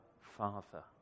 Father